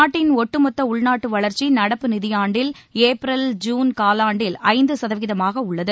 நாட்டின் ஒட்டுமொத்த உள்நாட்டு வளர்ச்சி நடப்பு நிதியாண்டில் ஏப்ரல் ஜூன் காலாண்டில் ஐந்து சதவீதமாக உள்ளது